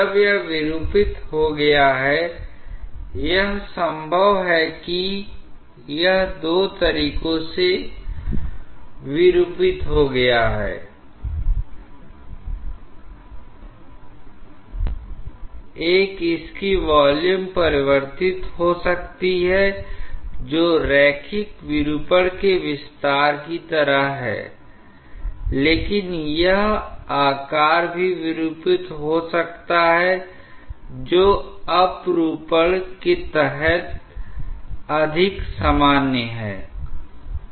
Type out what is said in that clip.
जब यह विरूपित हो गया है यह संभव है कि यह दो तरीकों से विरूपित हो गया है एक इसकी वॉल्यूम परिवर्तित हो सकती है जो रैखिक विरूपण के विस्तार की तरह है लेकिन यह आकार भी विरूपित हो सकता है जो अपरूपण के तहत अधिक सामान्य है